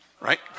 right